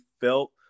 felt